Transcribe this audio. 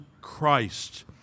Christ